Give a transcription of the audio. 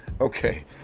Okay